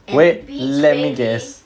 at the beach baby